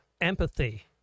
empathy